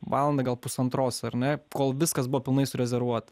valandą gal pusantros ar ne kol viskas buvo pilnais surezervuota